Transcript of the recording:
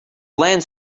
lens